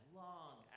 long